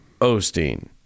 Osteen